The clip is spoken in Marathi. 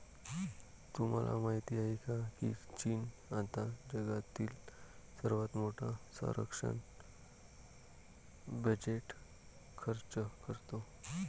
तुम्हाला माहिती आहे का की चीन आता जगातील सर्वात मोठा संरक्षण बजेट खर्च करतो?